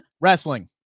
wrestling